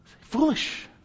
Foolish